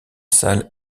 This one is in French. salle